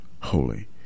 holy